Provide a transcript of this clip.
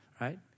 right